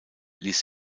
ließ